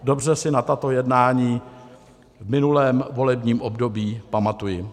Dobře si na tato jednání v minulém volebním období pamatuji.